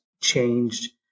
changed